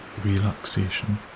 relaxation